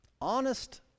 honest